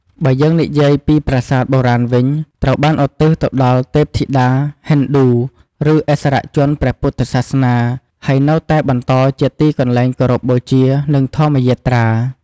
បើយើងនិយាយពីប្រាសាទបុរាណវិញ ត្រូវបានឧទ្ទិសទៅដល់ទេពធីតាហិណ្ឌូ ឬឥស្សរជនព្រះពុទ្ធសាសនា ហើយនៅតែបន្តជាទីកន្លែងគោរពបូជា និងធម្មយាត្រា។